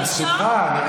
בשמחה.